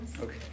Okay